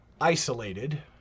isolated